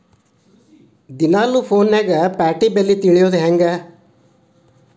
ದಿನಾ ಫೋನ್ಯಾಗ್ ಪೇಟೆ ಬೆಲೆ ತಿಳಿಯೋದ್ ಹೆಂಗ್?